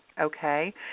Okay